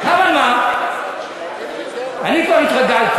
אבל מה, אני כבר התרגלתי